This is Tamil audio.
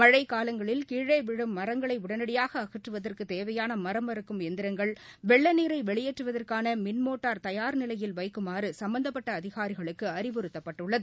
மழைக்காலங்களில் கீழே விழும் மரங்களை உடனடியாக அகற்றுவதற்கு தேவையாள மரம் அறுக்கும் எந்திரங்கள் வெள்ளநீரை வெளியேற்றுவதற்கான மின்மோட்டார் தயார் நிலையில் வைக்குமாறு சம்பந்தப்பட்ட அதிகாரிகளுக்கு அறிவுறுத்தப்பட்டுள்ளது